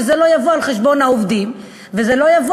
שזה לא יבוא על חשבון העובדים ולא יבוא